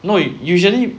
no you usually